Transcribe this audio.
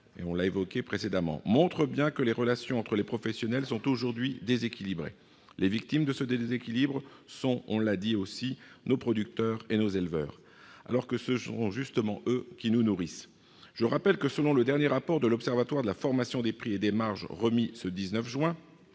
cela a été dit, montre bien que les relations entre les professionnels sont aujourd'hui déséquilibrées. Les victimes de ce déséquilibre sont nos producteurs et nos éleveurs, alors que ce sont précisément eux qui nous nourrissent ! Je rappelle que, selon le dernier rapport de l'Observatoire de la formation des prix et des marges remis le 19 juin,